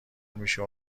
میشه